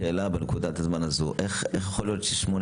שאלה בנקודת הזמן הזו: איך יכול להיות ששמונה